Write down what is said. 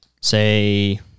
say